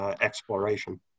exploration